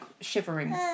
shivering